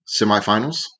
semifinals